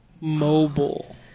Mobile